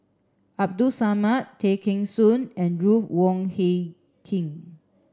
Abdul Samad Tay Kheng Soon and Ruth Wong Hie King